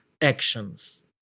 actions